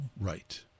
Right